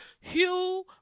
Hugh